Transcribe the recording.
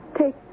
Take